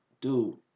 dude